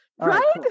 Right